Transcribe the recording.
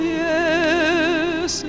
yes